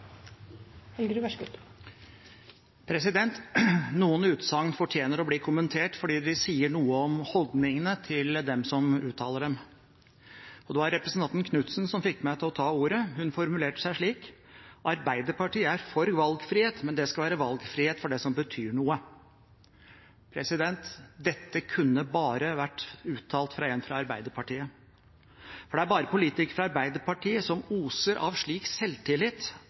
representanten Knutsen som fikk meg til å ta ordet. Hun formulerte seg slik: «Jeg er veldig for valgfrihet, men det skal være valgfrihet for det som betyr noe.» Dette kunne bare vært uttalt fra en fra Arbeiderpartiet, for det er bare politikere fra Arbeiderpartiet som oser av en slik selvtillit